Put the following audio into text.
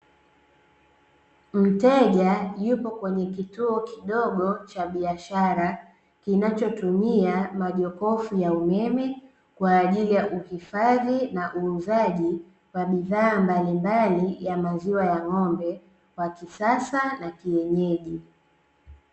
Mteja yupo kwenye kituo kidogo cha biashara, kinachotumia majokofu ya umeme kwa ajili ya uhifadhi na uuzaji wa bidhaa mbalimbali ya maziwa ya ng'ombe wa kisasa na kienyeji.